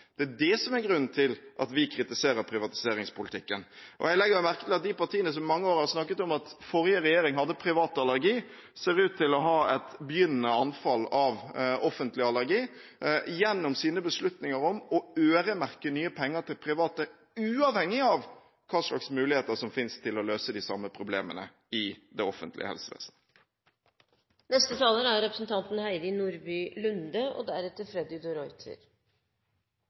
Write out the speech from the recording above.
Det er det som er grunnen til at vi kritiserer privatiseringspolitikken. Jeg legger merke til at de partiene som i mange år har snakket om at forrige regjering hadde privatallergi, ser ut til å ha et begynnende anfall av offentligallergi gjennom sine beslutninger om å øremerke nye penger til private, uavhengig av hva slags muligheter som finnes til å løse de samme problemene i det offentlige helsevesen. Jeg er